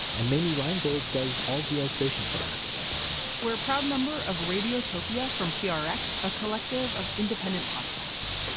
and mamie rheingold does all of the illustrations for our episodes we're a proud member of radiotopia from ah prx, a collective of independent podcasts.